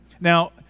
Now